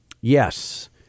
Yes